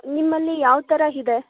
ನಿಮ್ಮಲ್ಲಿ ಯಾವ ಥರ ಇದೆ